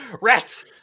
Rats